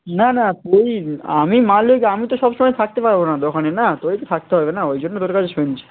না না তুই আমি মালিক আমি তো সব সময় থাকতে পারবো না দোকানে না তোকেই তো থাকতে হবে না ঐ জন্য তোর কাছে শুনছি